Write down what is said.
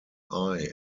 eye